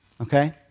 okay